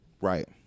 Right